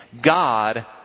God